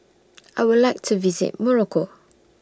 I Would like to visit Morocco